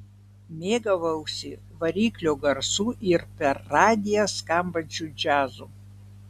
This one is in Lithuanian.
mėgavausi variklio garsu ir per radiją skambančiu džiazu